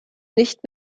nicht